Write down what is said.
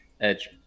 edge